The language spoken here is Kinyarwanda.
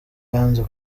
yanze